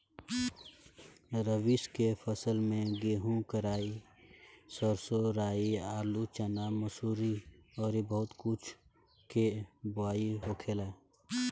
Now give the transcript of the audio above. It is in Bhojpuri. रबी के फसल में गेंहू, कराई, सरसों, राई, आलू, चना, मसूरी अउरी बहुत कुछ के बोआई होखेला